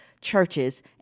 churches